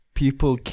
people